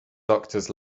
doctors